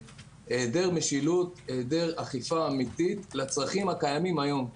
והיעדר משילות היעדר אכיפה אמיתית לצרכים הקיימים היום.